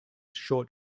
short